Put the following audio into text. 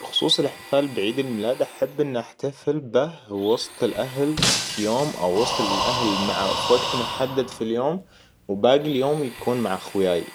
بخصوص الإحتفال بعيد الميلاد أحب إني أحتفل به وسط الأهل في يوم او وسط الأهل مع في وقت محدد في اليوم وباقي اليوم يكون مع اخوياي